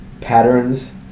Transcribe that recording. patterns